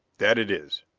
that it is.